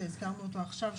שהזכרנו אותו עכשיו,